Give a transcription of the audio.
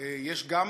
יש גם